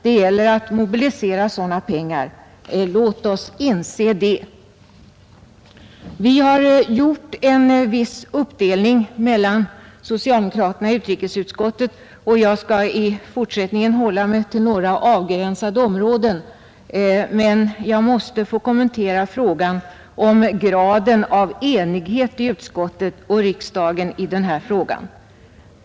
Det gäller att mobilisera dessa pengar. Låt oss inse det! Vi har gjort en viss uppdelning mellan socialdemokraterna i utrikesutskottet, och jag skall i fortsättningen hålla mig till några avgränsade områden, men jag måste få kommentera frågan om graden av enighet i utskottet och riksdagen i denna fråga.